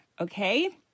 Okay